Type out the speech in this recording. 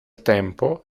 tempo